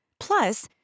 Plus